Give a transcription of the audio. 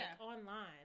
online